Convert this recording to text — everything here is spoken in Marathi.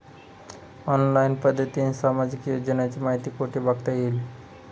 ऑनलाईन पद्धतीने सामाजिक योजनांची माहिती कुठे बघता येईल?